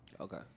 Okay